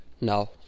now